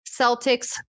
Celtics